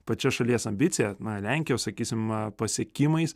pačia šalies ambicija na lenkijos sakysim pasiekimais